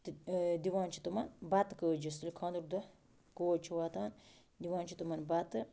تہٕ دِوان چھِ تِمَن بَتہٕ کٲجَس ییٚلہِ خانٛدٕرکۍ دۄہ کوج چھِ واتان دِوان چھِ تِمَن بَتہٕ